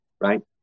right